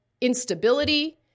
instability